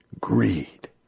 greed